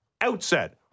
outset